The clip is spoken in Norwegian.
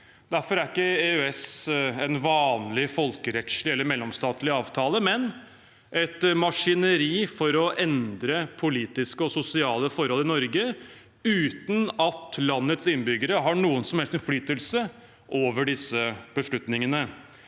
Derfor er ikke EØS en vanlig folkerettslig eller mellomstatlig avtale, men et maskineri for å endre politiske og sosiale forhold i Norge uten at landets innbyggere har noen som helst innflytelse over disse beslutningene.